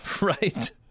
Right